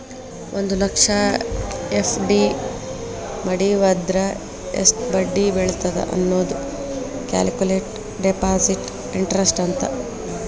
ಒಂದ್ ಲಕ್ಷ ಎಫ್.ಡಿ ಮಡಿವಂದ್ರ ಎಷ್ಟ್ ಬಡ್ಡಿ ಬೇಳತ್ತ ಅನ್ನೋದ ಕ್ಯಾಲ್ಕುಲೆಟ್ ಡೆಪಾಸಿಟ್ ಇಂಟರೆಸ್ಟ್ ಅಂತ